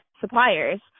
suppliers